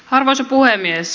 arvoisa puhemies